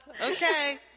Okay